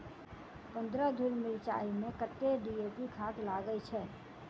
पन्द्रह धूर मिर्चाई मे कत्ते डी.ए.पी खाद लगय छै?